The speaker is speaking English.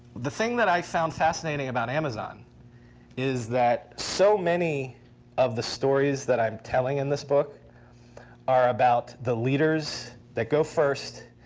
the thing that i found fascinating about amazon is that so many of the stories that i'm telling in this book are about the leaders that go first,